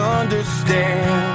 understand